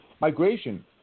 migration